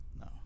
No